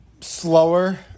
slower